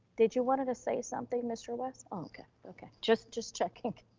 did you want him to say something mr. west? okay, okay. just just checking,